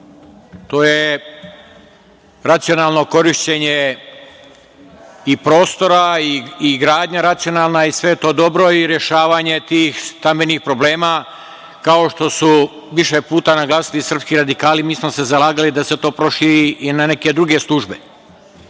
To je racionalno korišćenje i prostora i gradnja racionalna i sve je to dobro i rešavanje tih stambenih problema, kao što su više puta naglasili srpski radikali, mi smo se zalagali da se to proširi i na neke druge službe.